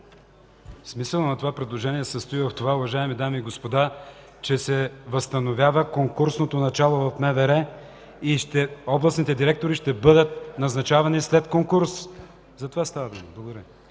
Смисълът на предложението се състои в това, уважаеми дами и господа, че се възстановява конкурсното начало в МВР и областните директори ще бъдат назначавани след конкурс. За това става дума. Благодаря.